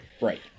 Right